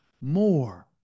more